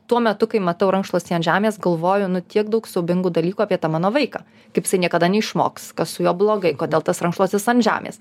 tuo metu kai matau rankšluostį ant žemės galvoju nu tiek daug siaubingų dalykų apie tą mano vaiką kaip jisai niekada neišmoks kas su juo blogai kodėl tas rankšluostis ant žemės